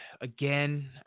again